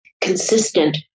consistent